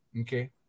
okay